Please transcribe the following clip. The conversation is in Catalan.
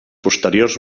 posteriors